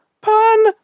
pun